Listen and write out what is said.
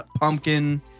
Pumpkin